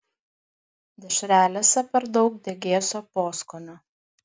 dešrelėse per daug degėsio poskonio